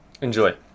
Enjoy